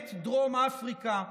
למעט דרום אפריקה,